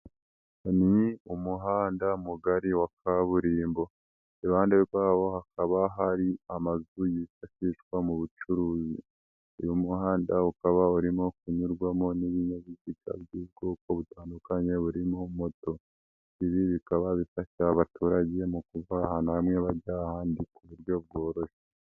Ni umuhanda mugari wa kaburimbo. Iruhande rwawo hakaba hari amazu yifashishwa mu bucuruzi. Uyu muhanda ukaba urimo kunyurwamo n'ibinyabiziga by'ubwoko butandukanye burimo moto. Ibi bikaba bifasha abaturage mu kuva ahantu hamwe bajya ahandi ku buryo bworoshye.